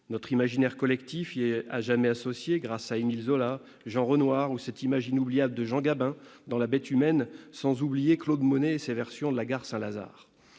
Notre imaginaire collectif y est à jamais associé grâce à Émile Zola, à Jean Renoir ou à cette image inoubliable de Jean Gabin dans, sans oublier Claude Monet et ses versions de la gare Saint-Lazare.